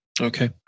Okay